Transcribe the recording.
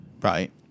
right